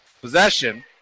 possession